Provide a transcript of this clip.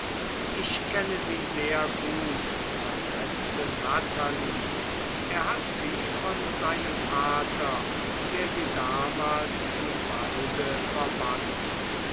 ich kenne sie sehr gut versetzte natalie er hat sie von seinem vater der sie damals im walde verband